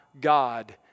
God